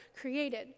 created